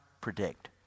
predict